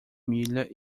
milha